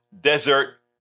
desert